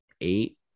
eight